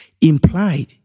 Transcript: implied